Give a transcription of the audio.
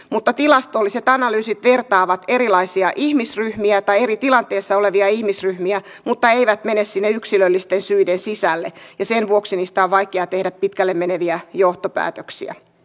mutta tilastolliset analyysit vertaavat erilaisia ihmisryhmiä tai eri tilanteessa olevia ihmisryhmiä mutta eivät mene sinne yksilöllisten syiden sisälle ja sen vuoksi niistä on vaikea tehdä pitkälle meneviä johtopäätöksiä